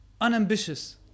unambitious